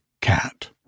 cat